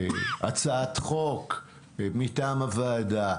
הצעת חוק מטעם הוועדה,